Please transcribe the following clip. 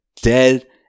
dead